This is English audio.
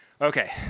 Okay